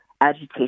agitation